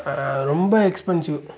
ரொம்ப எக்ஸ்பன்ஸிவ்